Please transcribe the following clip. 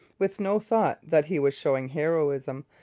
with no thought that he was showing heroism,